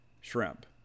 shrimp